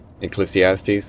Ecclesiastes